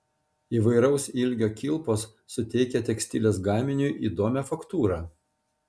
įvairaus ilgio kilpos suteikia tekstilės gaminiui įdomią faktūrą